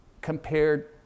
compared